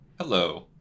hello